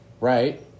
right